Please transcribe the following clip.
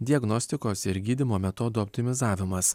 diagnostikos ir gydymo metodų optimizavimas